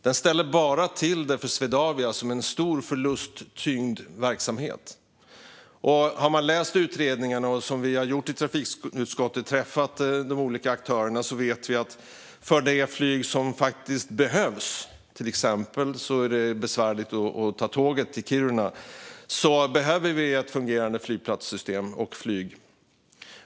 Den ställer bara till det för Swedavia som en stor förlusttyngd verksamhet. Har man läst utredningen och, som vi har gjort i trafikutskottet, träffat de olika aktörerna vet man att för de flyg som faktiskt behövs - exempelvis är det besvärligt att ta tåget till Kiruna - måste det finnas ett fungerande flygplatssystem och flyg.